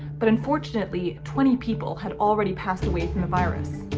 but unfortunately twenty people had already passed away from the virus.